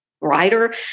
writer